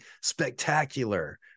spectacular